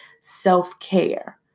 self-care